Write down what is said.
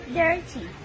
dirty